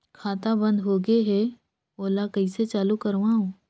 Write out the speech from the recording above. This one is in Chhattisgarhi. खाता बन्द होगे है ओला कइसे चालू करवाओ?